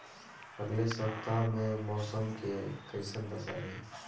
अलगे सपतआह में मौसम के कइसन दशा रही?